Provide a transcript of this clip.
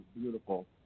beautiful